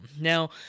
Now